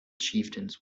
chieftains